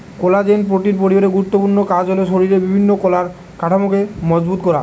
collagen protein পরিবারের গুরুত্বপূর্ণ কাজ হল শরিরের বিভিন্ন কলার কাঠামোকে মজবুত করা